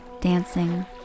dancing